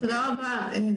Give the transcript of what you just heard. תודה רבה.